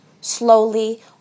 slowly